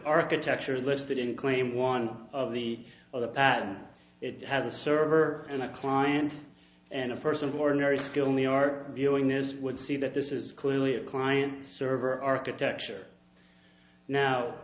architecture listed in claim one of the other patent it has a server and a client and a first of ordinary skill we are viewing this would see that this is clearly a client server architecture